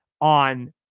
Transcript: on